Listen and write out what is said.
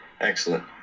Excellent